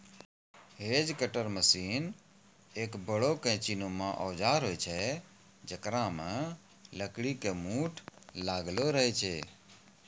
hedge cutter machine एक बड़ो कैंची नुमा औजार होय छै जेकरा मॅ लकड़ी के मूठ लागलो रहै छै